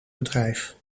bedrijf